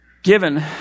given